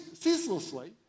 ceaselessly